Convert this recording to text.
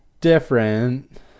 different